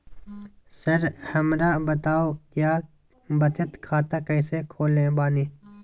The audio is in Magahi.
सर हमरा बताओ क्या बचत खाता कैसे खोले बानी?